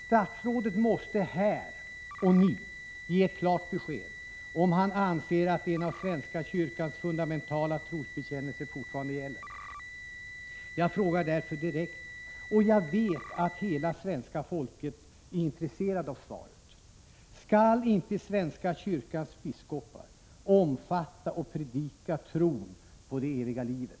Statsrådet måste här och nu ge ett klart besked — om han anser att en av svenska kyrkans fundamentala trossatser fortfarande gäller. Jag frågar därför direkt — och jag vet att hela svenska folket är intresserat av svaret: Skall inte svenska kyrkans biskopar omfatta och predika tron på det eviga livet?